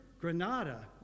Granada